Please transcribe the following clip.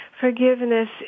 forgiveness